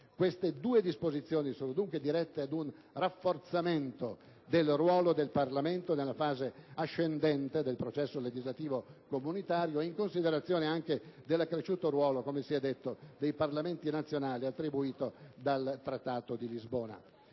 Queste due disposizioni sono dunque dirette ad un rafforzamento del ruolo del Parlamento nella fase ascendente del processo legislativo comunitario, anche in considerazione dell'accresciuto ruolo, come si è detto, attribuito dal Trattato di Lisbona